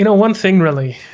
you know one thing really.